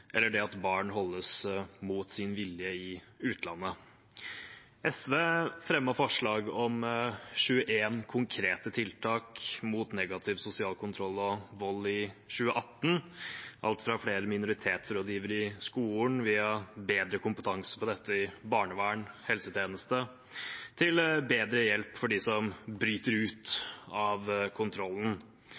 eller om at barn holdes mot sin vilje i utlandet. SV fremmet forslag om 21 konkrete tiltak mot negativ sosial kontroll og vold i 2018, alt fra flere minoritetsrådgivere i skolen og bedre kompetanse på dette i barnevern og helsetjeneste til bedre hjelp for dem som bryter ut av kontrollen.